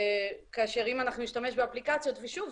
כאשר אם אנחנו נשתמש באפליקציות ושוב,